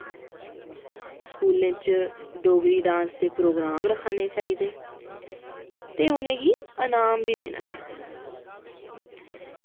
स्कूलें च डोगरी डांस दे प्रोग्राम रखाने चाहिदे होर उनें